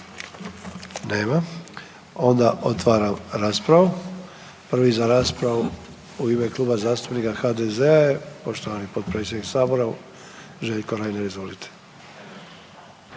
Nema. Onda otvaram raspravu. Prvi za raspravu u ime Kluba zastupnika HDZ-a je poštovani potpredsjedniče Sabora Željko Reiner, izvolite.